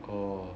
oh